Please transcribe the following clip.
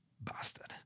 Bastard